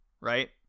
right